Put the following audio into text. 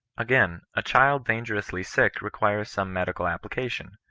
again a child dangerously sick requires some medical application,